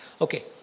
Okay